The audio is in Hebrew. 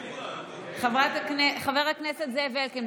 חבר הכנסת זאב אלקין,